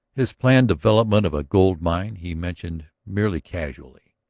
his planned development of a gold-mine he mentioned merely casually.